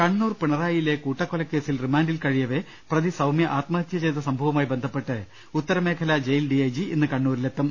കണ്ണൂർ പിണറായിയിലെ കൂട്ടക്കൊലക്കേസിൽ റിമാൻഡിൽ കഴിയവെ പ്രതി സൌമൃ ആത്മഹത്യ ചെയ്ത സംഭവവുമായി ബന്ധപ്പെട്ട് ഉത്തര മേഖലാ ജയിൽ ഡിഐജി ഇന്ന് കണ്ണൂരിലെത്തും